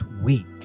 week